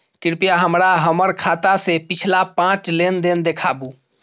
कृपया हमरा हमर खाता से पिछला पांच लेन देन देखाबु